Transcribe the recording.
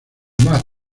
más